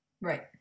Right